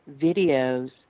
videos